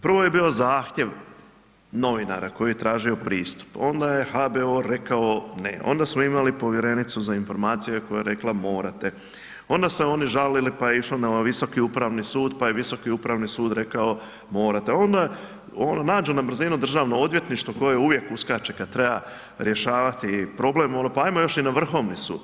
Prvo je bio zahtjev novinara koji je tražio pristup, onda je HBOR rekao ne, onda smo imali povjerenicu za informacije koja je rekla morate, onda se oni žali pa je išlo na Visoki upravni sud, pa je Visoki upravni sud rekao morate, onda nađu na brzinu državno odvjetništvo koje uvijek uskače kad treba rješavati problem ono pa ajmo još i na Vrhovni sud.